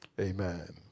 Amen